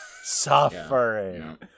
Suffering